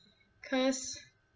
cause